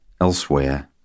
elsewhere